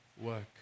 work